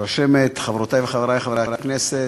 רשמת, חברותי וחברי חברי הכנסת,